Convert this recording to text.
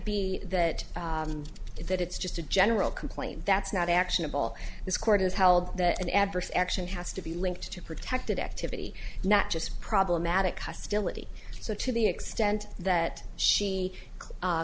be that it that it's just a general complaint that's not actionable this court has held that an adverse action has to be linked to protected activity not just problematic custody so to the extent that she